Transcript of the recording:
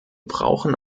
brauchen